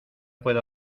puede